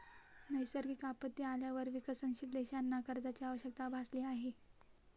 नैसर्गिक आपत्ती आल्यावर विकसनशील देशांना कर्जाची आवश्यकता भासली आहे